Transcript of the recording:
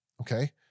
Okay